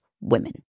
women